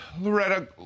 Loretta